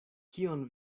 kion